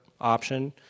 option